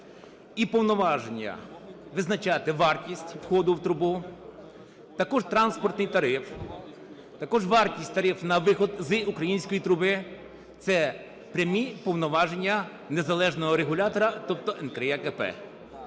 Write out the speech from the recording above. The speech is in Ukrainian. і повноваження визначати вартість входу в трубу, також транспортний тариф, також вартість тарифу на вихід з української труби – це прямі повноваження незалежного регулятора, тобто НКРЕКП.